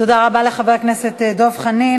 תודה רבה לחבר הכנסת דב חנין.